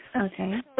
Okay